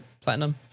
platinum